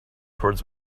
towards